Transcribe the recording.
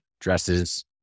dresses